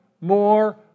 more